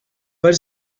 per